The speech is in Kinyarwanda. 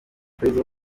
prezzo